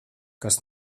kas